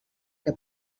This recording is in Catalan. que